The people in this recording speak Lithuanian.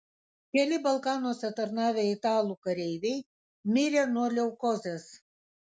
keli balkanuose tarnavę italų kareiviai mirė nuo leukozės